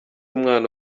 umwana